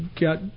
Got